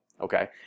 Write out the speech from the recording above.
okay